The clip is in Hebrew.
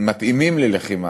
המתאימים ללחימה,